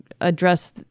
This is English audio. address